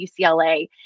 UCLA